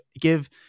give